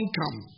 come